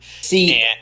See